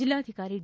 ಜಿಲ್ಲಾಧಿಕಾರಿ ಡಿ